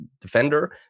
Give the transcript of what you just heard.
defender